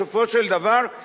בסופו של דבר,